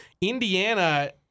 Indiana